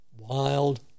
wild